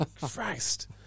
Christ